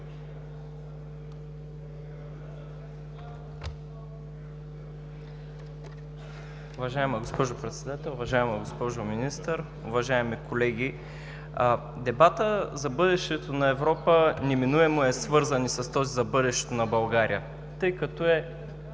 Уважаема госпожо Председател, уважаема госпожо Министър, уважаеми колеги! Дебатът за бъдещето на Европа неминуемо е свързан и с този – за бъдещето на България, тъй като е